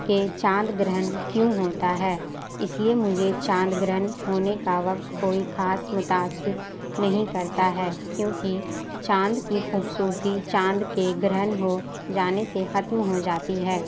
کہ چاند گرہن کیوں ہوتا ہے اس لیے مجھے چاند گرہن ہونے کا وقت کوئی خاص متأثر نہیں کرتا ہے کیوںکہ چاند کی خوبصورتی چاند کے گرہن ہو جانے سے ختم ہو جاتی ہے